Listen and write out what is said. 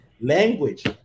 language